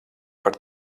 par